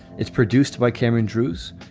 it's produced by cameron drewes.